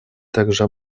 также